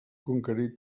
conquerir